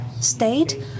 state